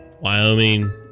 wyoming